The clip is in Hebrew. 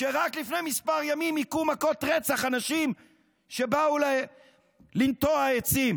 שרק לפני כמה ימים הכו מכות רצח אנשים שבאו לנטוע עצים